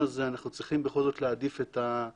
אני חושב שבאיזון הזה אנחנו צריכים בכל זאת להעדיף את האינטרס